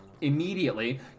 immediately